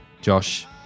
Josh